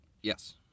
Yes